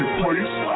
place